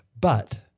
but-